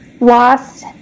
lost